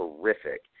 terrific